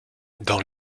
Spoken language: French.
dans